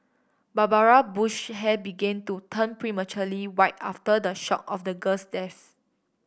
Barbara Bush hair began to turn prematurely white after the shock of the girl's death